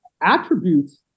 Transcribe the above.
attributes